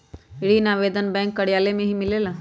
ऋण आवेदन बैंक कार्यालय मे ही मिलेला?